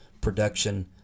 production